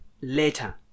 later